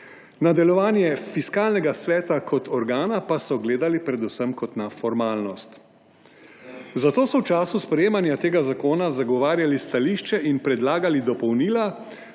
Na nadaljevanje Fiskalnega sveta kot organa pa so gledali predvsem kot na formalnost. Zato so v času sprejemanja tega zakona zagovarjali stališče in predlagali dopolnila,